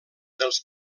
dels